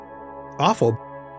awful